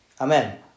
Amen